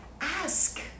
ask